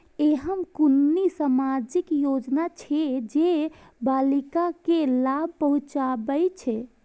ऐहन कुनु सामाजिक योजना छे जे बालिका के लाभ पहुँचाबे छे?